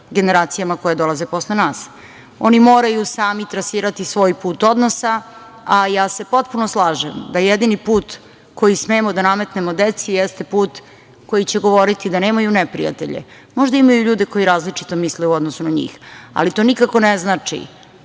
generacijama koje dolaze posle nas. Oni moraju sami trasirati svoj put odnosa, a ja se potpuno slažem da jedini put koji smemo da nametnemo deci jeste put koji će govoriti da nemaju neprijatelje. Možda imaju ljude koji različito misle u odnosu na njih, ali to nikako ne znači